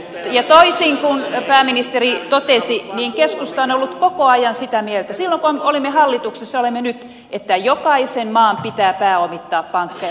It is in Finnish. ja toisin kuin pääministeri totesi keskusta on ollut koko ajan sitä mieltä silloin kun olimme hallituksessa ja olemme nyt että jokaisen maan pitää pääomittaa pankkeja